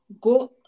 go